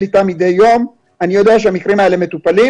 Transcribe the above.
אתה מדי יום אני יודע שהמקרים האלה מטופלים.